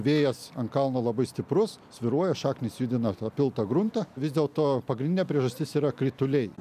vėjas ant kalno labai stiprus svyruoja šaknys judina tą piltą gruntą vis dėlto pagrindinė priežastis yra krituliai